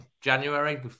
January